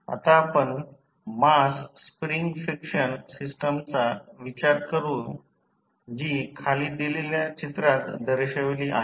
आता आपण mass spring friction सिस्टमचा विचार करूया जी खाली दिलेल्या चित्रात दर्शविली आहे